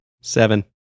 Seven